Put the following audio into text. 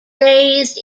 raised